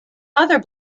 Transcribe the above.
other